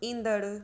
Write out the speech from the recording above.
ईंदड़ु